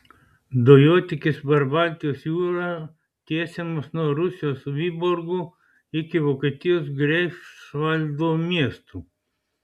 dujotiekis per baltijos jūrą tiesiamas nuo rusijos vyborgo iki vokietijos greifsvaldo miestų